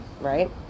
right